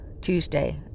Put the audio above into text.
Tuesday